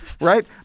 right